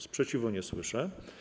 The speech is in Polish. Sprzeciwu nie słyszę.